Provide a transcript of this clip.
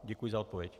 Děkuji za odpověď.